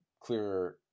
clearer